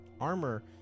armor